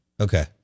Okay